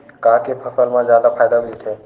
का के फसल मा जादा फ़ायदा मिलथे?